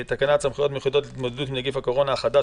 תקנות סמכויות מיוחדות להתמודדות עם נגיף הקורונה החדש